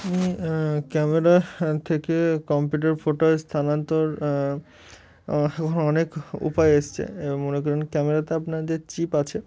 camera থেকে computer ফটোয় স্থানান্তর এখন অনেক উপায় এসছে এবং মনে করেন ক্যামেরাতে আপনার যে চিপ আছে